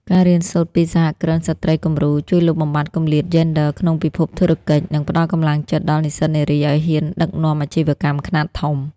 ការរៀនសូត្រពី "សហគ្រិនស្ត្រីគំរូ" ជួយលុបបំបាត់គម្លាតយេនឌ័រក្នុងពិភពធុរកិច្ច និងផ្ដល់កម្លាំងចិត្តដល់និស្សិតនារីឱ្យហ៊ានដឹកនាំអាជីវកម្មខ្នាតធំ។